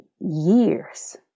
years